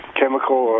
chemical